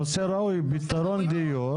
פתרון דיור